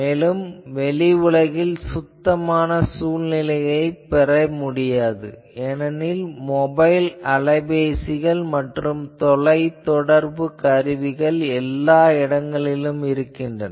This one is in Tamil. மேலும் வெளி உலகில் சுத்தமான சூழ்நிலையைப் பெற முடியாது ஏனெனில் மொபைல் அலைபேசிகள் மற்றும் பல தொலைதொடர்பு கருவிகள் எல்லா இடங்களிலும் இருக்கின்றன